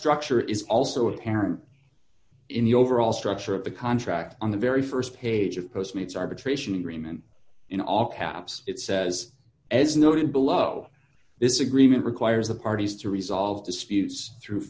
structure is also apparent in the overall structure of the contract on the very st page of post meets arbitration agreement in all caps it says as noted below this agreement requires the parties to resolve disputes through